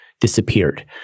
disappeared